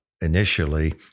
initially